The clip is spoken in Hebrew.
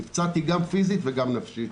נפצעתי גם פיזית וגם נפשית.